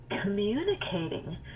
communicating